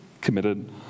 committed